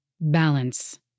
Balance